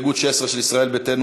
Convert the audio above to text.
ביתנו,